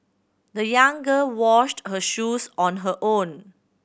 the young girl washed her shoes on her own